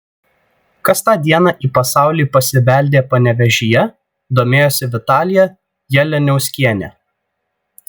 kas tą dieną į pasaulį pasibeldė panevėžyje domėjosi vitalija jalianiauskienė